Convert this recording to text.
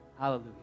Hallelujah